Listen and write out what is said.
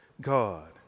God